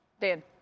Dan